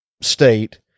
state